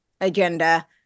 agenda